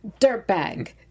dirtbag